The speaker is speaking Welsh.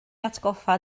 atgoffa